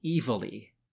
evilly